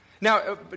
Now